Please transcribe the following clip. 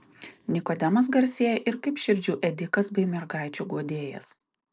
nikodemas garsėja ir kaip širdžių ėdikas bei mergaičių guodėjas